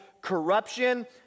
corruption